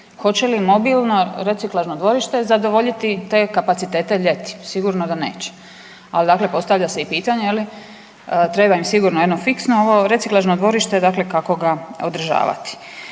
Hoće li mobilno reciklažno dvorište zadovoljiti te kapacitete ljeti? Sigurno da neće. Ali dakle postavlja se i pitanje je li treba im sigurno jedno fiksno ovo reciklažno dvorište dakle kako ga održavati.